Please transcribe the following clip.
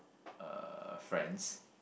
uh friends